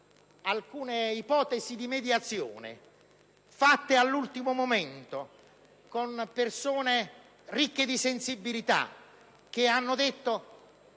Alcune ipotesi di mediazione sono state fatte all'ultimo momento con persone ricche di sensibilità che hanno detto